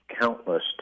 countless